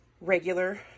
regular